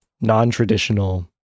non-traditional